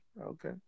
Okay